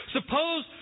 Suppose